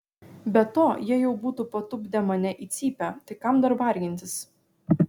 be to jie jau būtų patupdę mane į cypę tai kam dar vargintis